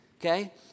okay